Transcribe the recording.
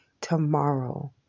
tomorrow